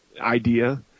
idea